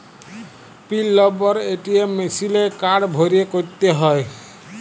পিল number ATM মিশিলে card ভ্যইরে ক্যইরতে হ্যয়